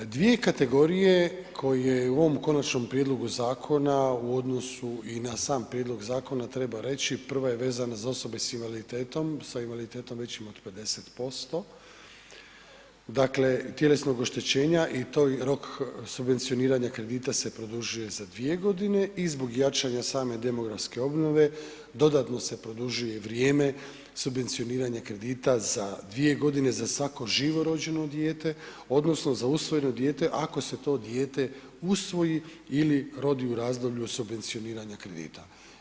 Dvije kategorije koje u ovom Konačnom prijedlogu zakona u odnosu i na sam prijedlog zakona treba reći prva je vezana za osobe s invaliditetom, sa invaliditetom većim od 50%, dakle, tjelesnog oštećenja i to rok subvencioniranja kredita se produžuje za dvije godine i zbog jačanja same demografske obnove dodatno se produžuje vrijeme subvencioniranja kredita za dvije godine za svako živo rođeno dijete odnosno za usvojeno dijete ako se to dijete usvoji ili rodi u razdoblju subvencioniranja kredita.